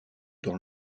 dans